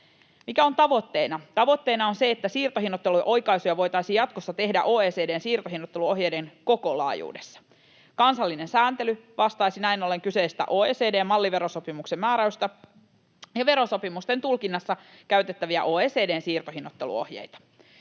Tavoitteena on se, että siirtohinnoittelujen oikaisuja voitaisiin jatkossa tehdä OECD:n siirtohinnoitteluohjeiden koko laajuudessa. Kansallinen sääntely vastaisi näin ollen kyseistä OECD-malliverosopimuksen määräystä ja verosopimusten tulkinnassa käytettäviä OECD:n siirtohinnoitteluohjeita.